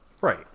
Right